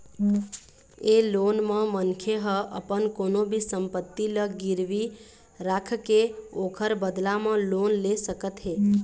ए loan म मनखे ह अपन कोनो भी संपत्ति ल गिरवी राखके ओखर बदला म लोन ले सकत हे